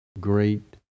great